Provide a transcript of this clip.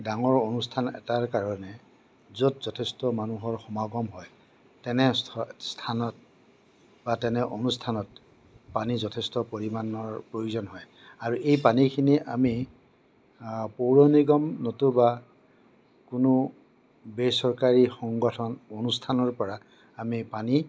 ডাঙৰ অনুষ্ঠান এটাৰ কাৰণে য'ত যথেষ্ট মানুহৰ সমাগম হয় তেনে স্থান স্থানত বা তেনে অনুষ্ঠানত পানী যথেষ্ট পৰিমাণৰ প্ৰয়োজন হয় আৰু এই পানীখিনি আমি পৌৰ নিগম নতুবা কোনো বেচৰকাৰী সংগঠন অনুষ্ঠানৰপৰা আমি পানী